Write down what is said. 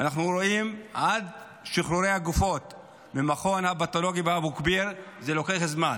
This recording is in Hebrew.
אנחנו רואים שעד שחרורי הגופות מהמכון הפתולוגי באבו כביר לוקח זמן.